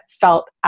felt